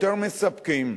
יותר מספקים,